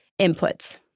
inputs